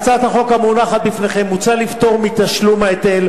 בהצעת החוק המונחת בפניכם מוצע לפטור מתשלום ההיטל